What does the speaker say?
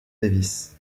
davis